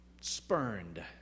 spurned